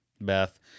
Beth